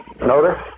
notice